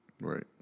Right